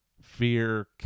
fear